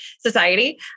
society